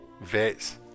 vets